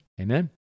Amen